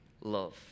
love